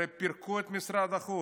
הרי פירקו את משרד החוץ.